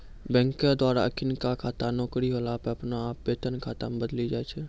बैंको द्वारा अखिनका खाता नौकरी होला पे अपने आप वेतन खाता मे बदली जाय छै